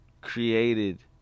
created